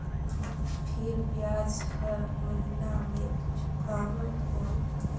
फिर ब्याज हर महीना मे चुकाहू कौन?